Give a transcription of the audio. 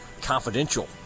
Confidential